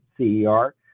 CER